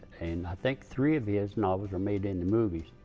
and i think three of yeah his novels were made into movies.